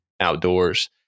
outdoors